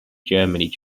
germany